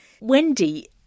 Wendy